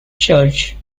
church